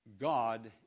God